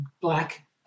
Black